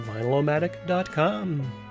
vinylomatic.com